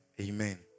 amen